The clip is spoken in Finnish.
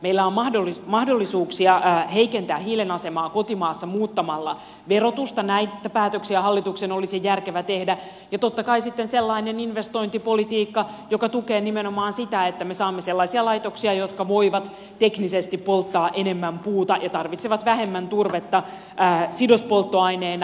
meillä on mahdollisuuksia heikentää hiilen asemaa kotimaassa muuttamalla verotusta näitä päätöksiä hallituksen olisi järkevä tehdä ja totta kai sitten sellaisella investointipolitiikalla joka tukee nimenomaan sitä että me saamme sellaisia laitoksia jotka voivat teknisesti polttaa enemmän puuta ja tarvitsevat vähemmän turvetta sidospolttoaineena